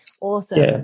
Awesome